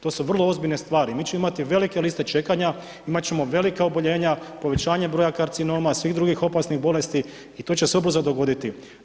To su vrlo ozbiljne stvari, mi ćemo imati velike liste čekanja, imat ćemo velika oboljenja, povećanje broja karcinoma, svih drugih opasnih bolesti i to će se ubrzo dogoditi.